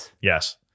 Yes